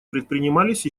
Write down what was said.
предпринимались